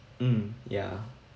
mm yeah